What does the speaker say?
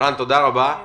אני